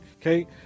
Okay